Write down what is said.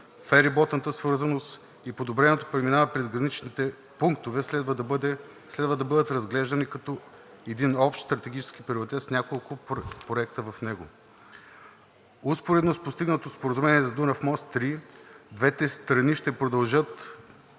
фериботната свързаност и подобреното преминаване през граничните пунктове следва да бъдат разглеждани като един общ стратегически приоритет с няколко проекта в него. Успоредно с постигнатото споразумение за „Дунав мост – 3“ двете страни ще продължат